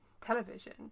television